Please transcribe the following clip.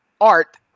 art